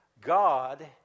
God